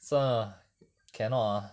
算了 lah cannot lah